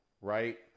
right